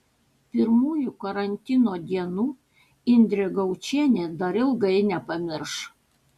pirmųjų karantino dienų indrė gaučienė dar ilgai nepamirš